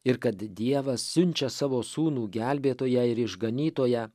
ir kad dievas siunčia savo sūnų gelbėtoją ir išganytoją